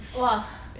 !wah!